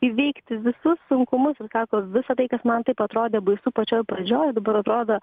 įveikti visus sunkumus ir sako visa tai kas man taip atrodė baisu pačioj pradžioj dabar atrodo